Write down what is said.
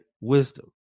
wisdom